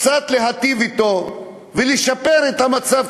קצת להיטיב אתו ולשפר את המצב,